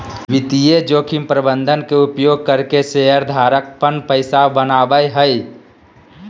वित्तीय जोखिम प्रबंधन के उपयोग करके शेयर धारक पन पैसा बनावय हय